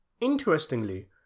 Interestingly